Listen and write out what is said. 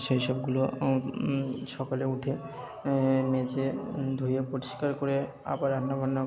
সেই সবগুলো সকালে উঠে মেজে ধুয়ে পরিষ্কার করে আবার রান্নাাবান্না